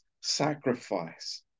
sacrifice